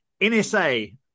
NSA